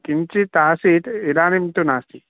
किञ्चित् आसीत् इदानीं तु नास्ति